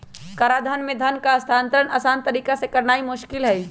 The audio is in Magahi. कराधान में धन का हस्तांतरण असान तरीका से करनाइ मोस्किल हइ